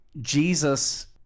Jesus